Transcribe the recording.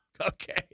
okay